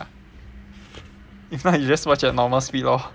if not you just watch at normal speed lor